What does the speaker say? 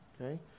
okay